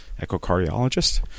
echocardiologist